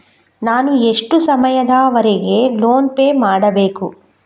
ನಾನು ಎಷ್ಟು ಸಮಯದವರೆಗೆ ಲೋನ್ ಪೇ ಮಾಡಬೇಕು?